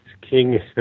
King